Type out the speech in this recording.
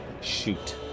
shoot